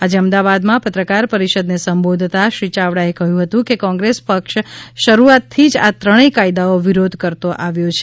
આજે અમદાવાદમાં પત્રકાર પરિષદને સંબોધતાં શ્રી યાવડાએ કહ્યું હતું કોંગ્રેસ પક્ષ શરૂઆતથી જ આ ત્રણેય કાયદાઓ વિરોધ કરતાં આવ્યો છે